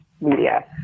media